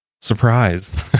Surprise